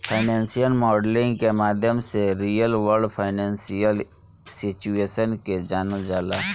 financial modelling के माध्यम से रियल वर्ल्ड फाइनेंशियल सिचुएशन के जानल जाला